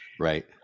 right